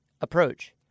approach